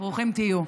ברוכים תהיו.